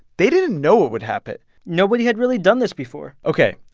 they didn't know what would happen nobody had really done this before ok.